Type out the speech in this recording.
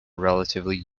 relatively